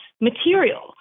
material